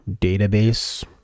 database